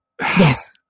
Yes